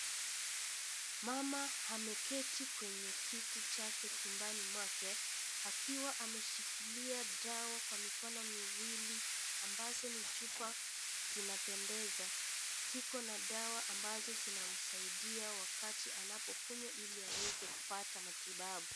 Mama ameketi kwenye kiti chake chumbani mwake akiwa ameshikilia dawa kwa mikono miwili ambazo ni chupa zinapendeza, ziko na dawa ambazo zinamsaidia wakati anapo kunywa ili aweze kupata matibabu.